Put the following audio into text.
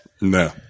No